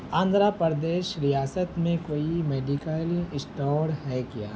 آندھرا پردیش ریاست میں کوئی میڈیکل اسٹور ہے کیا